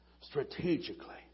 strategically